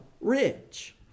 rich